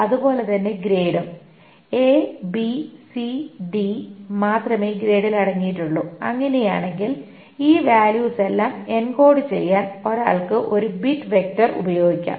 അതുപോലെ തന്നെ ഗ്രേഡും എ ബി സി ഡി മാത്രമേ ഗ്രേഡിൽ അടങ്ങിയിട്ടുള്ളൂ അങ്ങനെയാണെങ്കിൽ ഈ വാല്യൂസ് എല്ലാം എൻകോഡ് ചെയ്യാൻ ഒരാൾക്ക് ഒരു ബിറ്റ് വെക്റ്റർ ഉപയോഗിക്കാം